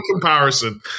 comparison